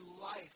life